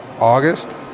august